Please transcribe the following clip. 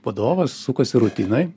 vadovas sukasi rutinoj